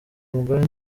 umugore